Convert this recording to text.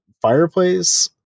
Fireplace